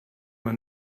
man